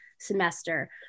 semester